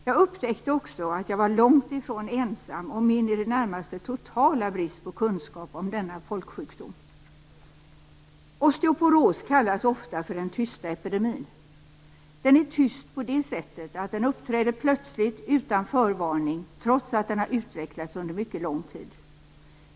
Jag upptäckte också att jag var långt ifrån ensam om min i det närmaste totala brist på kunskap om denna folksjukdom. Osteoporos kallas ofta för den tysta epidemin. Den är tyst på det sättet att den uppträder plötsligt och utan förvarning trots att den har utvecklats under mycket lång tid.